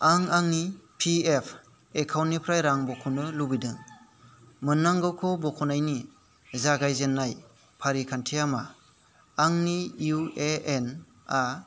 आं आंनि P F एकाउन्टनिफ्राय रां बख'नो लुबैदों मोननांगौखौ बख'नायनि जागायजेननाय फारिखान्थिया मा आंनि इउ ए एन आ